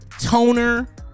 Toner